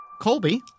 Colby